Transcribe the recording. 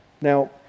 Now